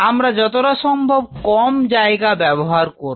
আমরা যতটা সম্ভব কম জায়গা ব্যবহার করব